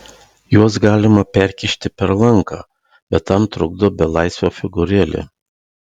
juos galima perkišti per lanką bet tam trukdo belaisvio figūrėlė